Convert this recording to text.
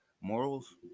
morals